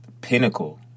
pinnacle